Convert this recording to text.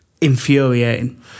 infuriating